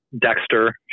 Dexter